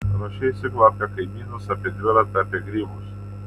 rašei ciklą apie kaimynus apie dviratį apie grybus